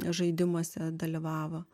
žaidimuose dalyvavo